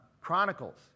Chronicles